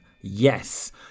Yes